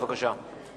בבקשה.